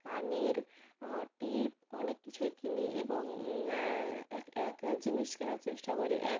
কানের টিপ অনেক কিছুই কিনি এবং এক এক জিনিস কেনার চেষ্টা করি এক